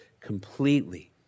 completely